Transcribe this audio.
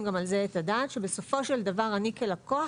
גם על זה את הדעת שבסופו של דבר אני כלקוח